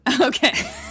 Okay